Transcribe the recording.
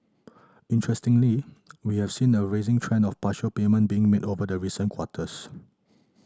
interestingly we have seen a rising trend of partial payment being made over the recent quarters